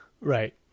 Right